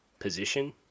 position